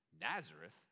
Nazareth